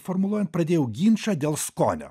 formuluojan pradėjau ginčą dėl skonio